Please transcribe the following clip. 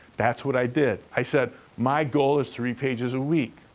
that's what i did. i said, my goal is three pages a week.